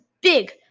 big